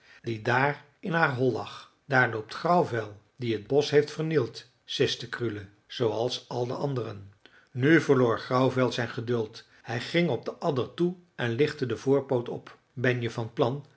die daar in zijn hol lag daar loopt grauwvel die het bosch heeft vernield siste krule zooals al de anderen nu verloor grauwvel zijn geduld hij ging op de adder toe en lichtte den voorpoot op ben je van plan